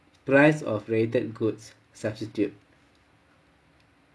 price of related goods substitute